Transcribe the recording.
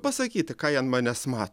pasakyti ką jie an manęs mato